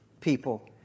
people